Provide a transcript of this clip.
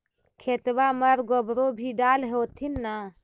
खेतबा मर गोबरो भी डाल होथिन न?